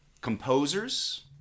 composers